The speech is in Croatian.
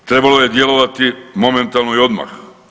Trebalo je djelovati momentalno i odmah.